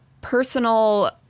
personal